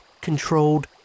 controlled